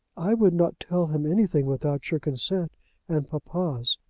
i would not tell him anything without your consent and papa's.